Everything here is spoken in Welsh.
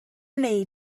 wnei